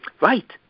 Right